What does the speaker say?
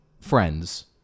friends